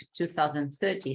2030